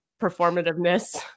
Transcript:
performativeness